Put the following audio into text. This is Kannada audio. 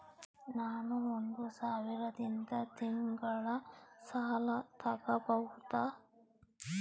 ನಾನು ಒಂದು ಸಾವಿರದಿಂದ ತಿಂಗಳ ಸಾಲ ತಗಬಹುದಾ?